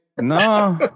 No